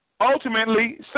ultimately